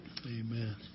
Amen